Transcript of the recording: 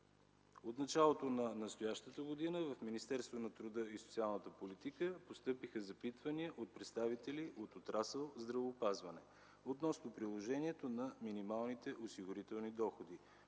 От началото на настоящата година в Министерството на труда и социалната политика постъпиха запитвания от представители на отрасъл здравеопазване относно приложението на минималните осигурителни доходи